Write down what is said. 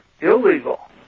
illegal